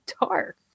dark